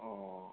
অ'